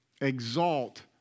exalt